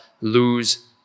lose